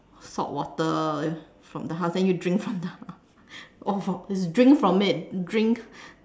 salt water from the husk then you drink from the or from drink from it drink